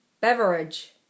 Beverage